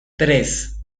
tres